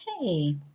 Hey